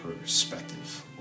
perspective